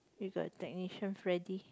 he's our technician Freddy